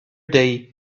day